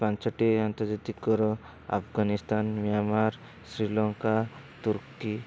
ପାଞ୍ଚଟି ଆର୍ନ୍ତଜାତିକର ଆଫଗାନିସ୍ତାନ ମିଆଁମାର ଶ୍ରୀଲଙ୍କା ତୁର୍କୀ